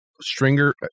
stringer